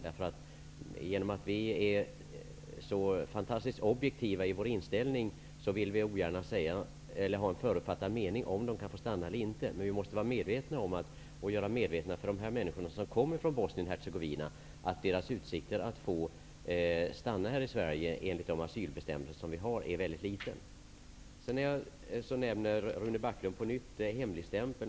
Då vi är så fantastiskt objektiva i vår inställning vill vi ogärna ha en förutfattad mening om huruvida flyktingarna får stanna eller inte, men man måste göra klart för de människor som kommer från Bosnien-Hercegovina att deras utsikter att få stanna i Sverige enligt de asylbestämmelser som finns är små. Vidare nämner Rune Backlund på nytt frågan om hemligstämpeln.